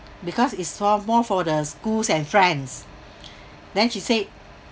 because it's far more for the schools and friends then she said